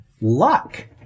luck